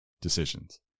decisions